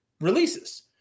releases